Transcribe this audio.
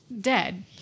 dead